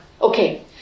Okay